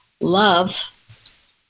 love